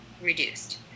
reduced